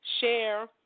share